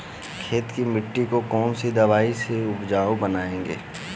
खेत की मिटी को कौन सी दवाई से उपजाऊ बनायें?